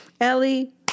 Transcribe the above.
Ellie